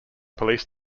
police